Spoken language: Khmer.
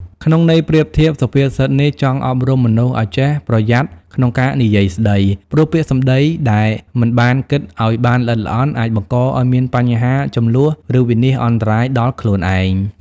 ក្នុងន័យប្រៀបធៀប សុភាសិតនេះចង់អប់រំមនុស្សឲ្យចេះប្រយ័ត្នក្នុងការនិយាយស្ដី ព្រោះពាក្យសម្ដីដែលមិនបានគិតឲ្យបានល្អិតល្អន់ អាចបង្កឲ្យមានបញ្ហា ជម្លោះ ឬវិនាសអន្តរាយដល់ខ្លួនឯង។